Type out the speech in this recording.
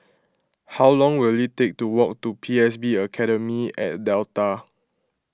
how long will it take to walk to P S B Academy at Delta